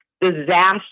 disaster